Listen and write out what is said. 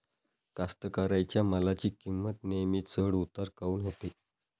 कास्तकाराइच्या मालाची किंमत नेहमी चढ उतार काऊन होते?